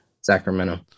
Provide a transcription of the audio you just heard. Sacramento